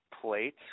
plate